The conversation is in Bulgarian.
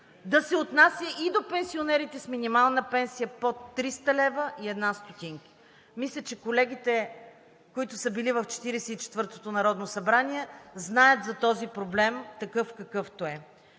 да се отнася и до пенсионерите с минимална пенсия под 300, 01 лв. Мисля, че колегите, които са били в 44-тото народно събрание знаят за този проблем такъв, какъвто е.